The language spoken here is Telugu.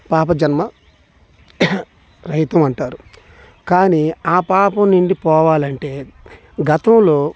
పాప జన్మ రైతం అంటారు కానీ ఆ పాపం నుండి పోవాలి అంటే గతంలో